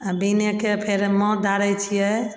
आओर बिहनेके फेर माथ ढारय छियै